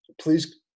please